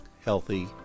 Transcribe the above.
healthy